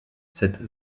cette